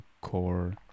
core